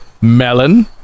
Melon